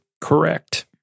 Correct